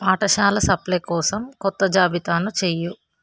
పాఠశాల సప్ప్లై కోసం కొత్త జాబితాను చెయ్యు